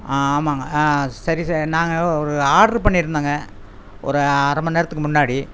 ஆ ஆமாங்க சரி சார் நாங்கள் ஒரு ஆர்டர் பண்ணிருந்தேங்க ஒரு அரைமணி நேரத்துக்கு முன்னாடி